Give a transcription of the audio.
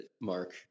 Mark